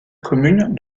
commune